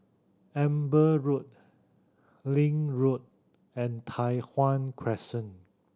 Amber Road Link Road and Tai Hwan Crescent